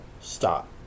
stop